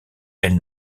elle